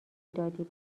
دادی